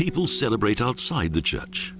people celebrate outside the church